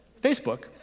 Facebook